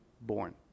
born